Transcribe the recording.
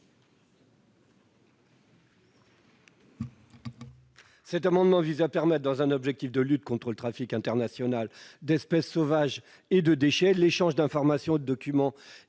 Cet amendement vise à permettre, pour lutter contre le trafic international d'espèces sauvages et de déchets, l'échange d'informations et de documents